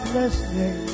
listening